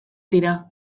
dira